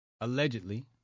Allegedly